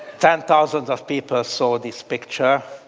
ten thousands of people saw this picture,